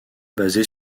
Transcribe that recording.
basé